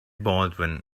baldwin